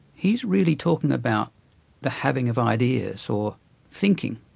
he's really talking about the having of ideas, or thinking,